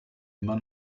immer